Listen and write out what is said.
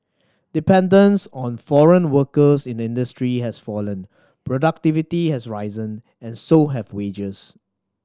dependence on foreign workers in the industry has fallen productivity has risen and so have wages